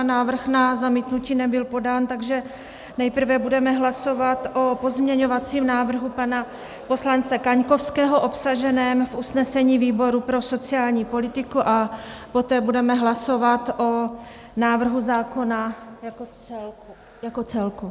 Návrh na zamítnutí nebyl podán, takže nejprve budeme hlasovat o pozměňovacím návrhu pana poslance Kaňkovského obsaženém v usnesení výboru pro sociální politiku a poté budeme hlasovat o návrhu zákona jako celku.